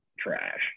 trash